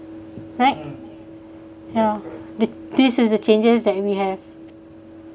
right yeah the this is the changes that we have